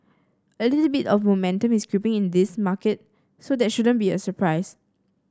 a little bit of momentum is creeping in this market so that shouldn't be a surprise